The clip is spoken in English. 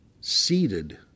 seated